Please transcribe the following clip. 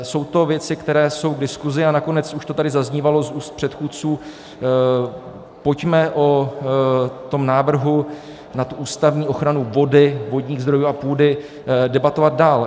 Jsou to věci, které jsou k diskuzi, a nakonec už to tady zaznívalo z úst předchůdců pojďme o tom návrhu na ústavní ochranu vody, vodních zdrojů a půdy debatovat dál.